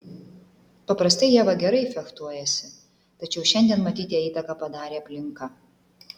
paprastai ieva gerai fechtuojasi tačiau šiandien matyt jai įtaką padarė aplinka